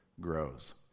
grows